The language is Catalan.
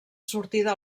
sortida